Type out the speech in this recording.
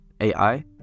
AI